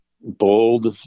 bold